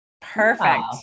Perfect